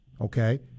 okay